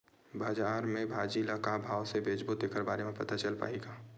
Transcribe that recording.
बजार में भाजी ल का भाव से बेचबो तेखर बारे में पता चल पाही का?